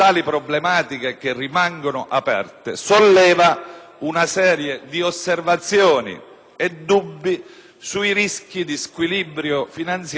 una serie di osservazioni e dubbi sui rischi di squilibrio finanziario soprattutto nel periodo transitorio,